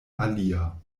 alia